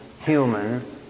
human